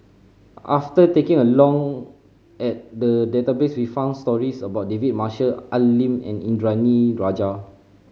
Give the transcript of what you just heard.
after taking a long at the database we found stories about David Marshall Al Lim and Indranee Rajah